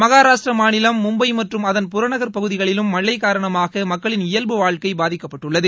மகாராஷ்டிமாநிலம் மும்பை மற்றும் அதன் புறநகர் பகுதிகளிலும் மழை காரணமாக மக்களின் இயல்பு வாழ்க்கை பாதிக்கப்பட்டுள்ளது